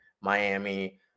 Miami